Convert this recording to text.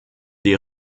die